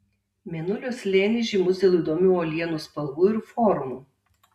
mėnulio slėnis žymus dėl įdomių uolienų spalvų ir formų